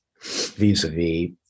vis-a-vis